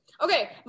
Okay